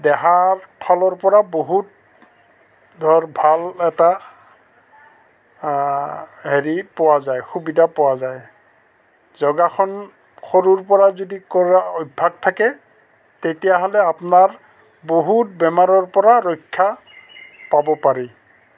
দেহাৰ ফালৰ পৰা বহুত ধৰ ভাল এটা হেৰি পোৱা যায় সুবিধা পোৱা যায় যোগাসন সৰুৰ পৰা যদি কৰা অভ্যাস থাকে তেতিয়াহ'লে আপোনাৰ বহুত বেমাৰৰ পৰা ৰক্ষা পাব পাৰি